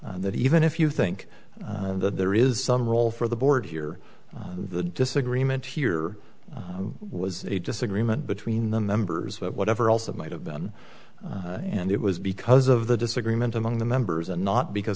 that even if you think that there is some role for the board here the disagreement here was a disagreement between the members but whatever else it might have been and it was because of the disagreement among the members and not because